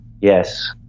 yes